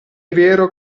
vero